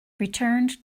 returned